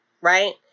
Right